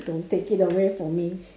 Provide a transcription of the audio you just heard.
don't take it away from me